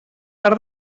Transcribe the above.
per